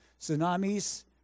tsunamis